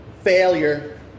failure